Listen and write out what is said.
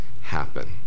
happen